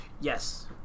Yes